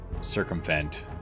circumvent